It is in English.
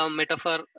metaphor